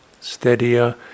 steadier